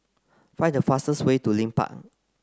find the fastest way to Leith Park